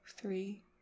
three